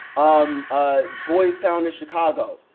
um ah boys town in chicago.